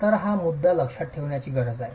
तर हा मुद्दा लक्षात ठेवण्याची गरज आहे